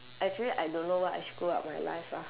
actually I don't know what I screwed up with my life lah